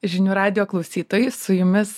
žinių radijo klausytojai su jumis